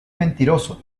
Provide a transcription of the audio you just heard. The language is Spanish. mentiroso